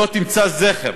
לא תמצא זכר,